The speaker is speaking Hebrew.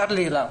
שרלילה.